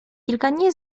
zaledwie